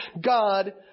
God